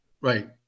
right